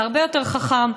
זה הרבה יותר חכם.